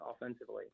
offensively